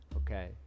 Okay